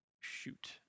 Shoot